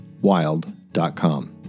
wild.com